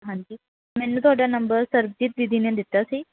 ਹਾਂਜੀ ਮੈਨੂੰ ਤੁਹਾਡਾ ਨੰਬਰ ਸਰਬਜੀਤ ਦੀਦੀ ਨੇ ਦਿੱਤਾ ਸੀ